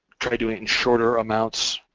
tried doing it in shorter amounts,